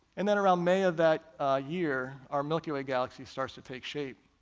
and then around may of that year, our milky way galaxy starts to take shape,